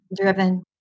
driven